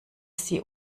sie